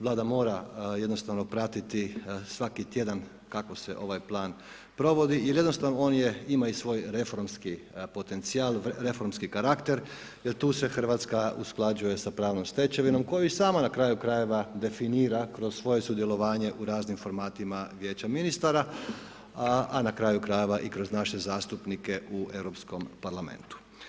Vlada mora jednostavno pratiti svaki tjedan kako se ovaj plan provodi jer jednostavno on ima i svoj reformski potencijal, reformski karakter jer tu se Hrvatska usklađuje sa pravnom stečevinom koju i sama na kraju krajeva definira kroz svoje sudjelovanje u raznim formatima Vijeća ministara, a na kraju krajeva i kroz naše zastupnike u Europskom parlamentu.